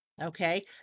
Okay